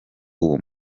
uwo